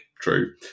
True